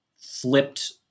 flipped